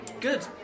Good